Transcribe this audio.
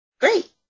Great